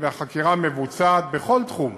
והחקירה מבוצעת בכל תחום,